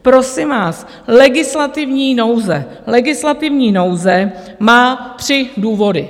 Prosím vás, legislativní nouze: legislativní nouze má tři důvody.